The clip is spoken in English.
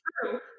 True